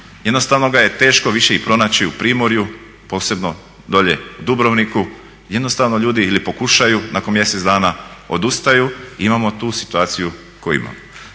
jednostavno ga je teško više i pronaći u primorju, posebno dolje u Dubrovniku, jednostavno ljudi ili pokušaju nakon mjesec dana odustaju i imamo tu situaciju koju imamo.